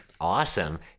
awesome